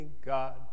God